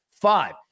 Five